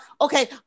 Okay